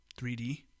3D